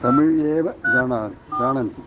तमिळ् एव जानन्ति जानन्ति